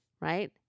right